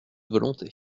volonté